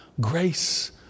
grace